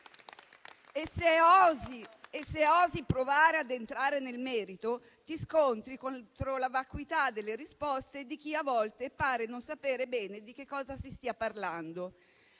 E se si osa provare a entrare nel merito, ci si scontra con la vacuità delle risposte di chi a volte pare non sapere bene di cosa si stia parlando.